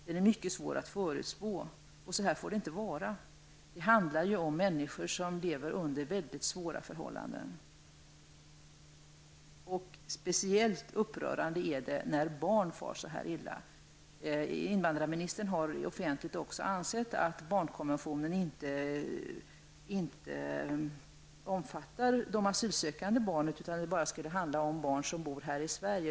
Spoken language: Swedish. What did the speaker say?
Den är mycket svår att förutspå. Så får det inte vara. Det handlar ju om människor som lever under mycket svåra förhållande. Speciellt upprörande är det när barn far illa på detta sätt. Invandrarministern har också offentligt framfört att barnkonventionen inte omfattar de asylsökande barnen, utan den skulle bara gälla barn som bor här i Sverige.